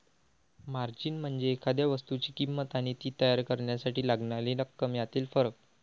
margin म्हणजे एखाद्या वस्तूची किंमत आणि ती तयार करण्यासाठी लागणारी रक्कम यातील फरक